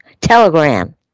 Telegram